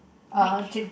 which